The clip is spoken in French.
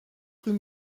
rue